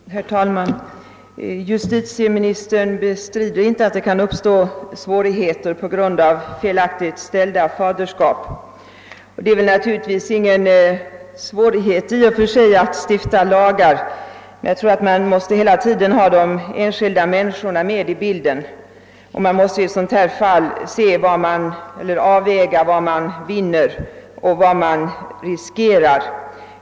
Herr talman! Justitieministern bestred inte att det kan uppstå svårigheter på grund av felaktigt fastställda faderskap. Det är naturligtvis i och för sig ingen svårighet att stifta lagar, men man måste hela tiden ha de enskilda människornas intressen för ögonen, och man måste i det här fallet avväga det man kan vinna mot vad man riskerar.